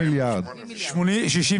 מיליארד שקלים.